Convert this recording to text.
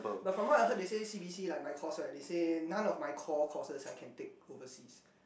but from what I heard they said C_B_C like my course right they say none of my core courses I can take overseas